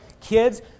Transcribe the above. kids